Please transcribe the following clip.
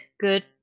good